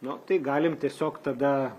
nu tai galim tiesiog tada